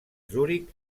zuric